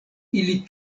ili